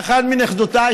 לאחת מנכדותיי,